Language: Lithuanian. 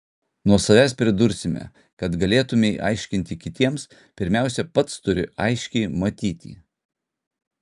nuo savęs pridursime kad galėtumei aiškinti kitiems pirmiausia pats turi aiškiai matyti